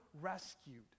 rescued